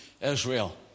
Israel